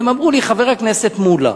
הם אמרו לי: חבר הכנסת מולה.